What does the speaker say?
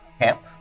camp